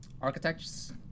architects